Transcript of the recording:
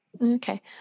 Okay